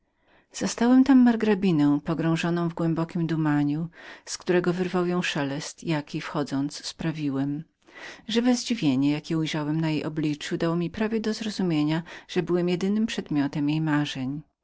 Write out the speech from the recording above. zastałem tam margrabinę pogrążoną w głębokiem dumaniu z którego wyrwał ją szelest jaki wchodząc sprawiłem żywe zadziwienie które za mojem wejściem wybiegło jej na lica dało mi prawie do zrozumienia że ja byłem jedynym przedmiotem jej marzeń